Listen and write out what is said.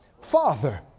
Father